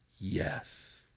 yes